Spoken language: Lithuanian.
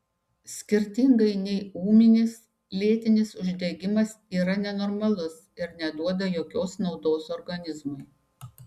skirtingai nei ūminis lėtinis uždegimas yra nenormalus ir neduoda jokios naudos organizmui